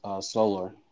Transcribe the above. Solar